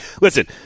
Listen